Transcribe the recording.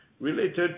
related